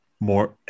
more